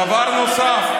דבר נוסף,